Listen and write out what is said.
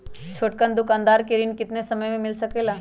छोटकन दुकानदार के ऋण कितने समय मे मिल सकेला?